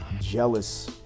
jealous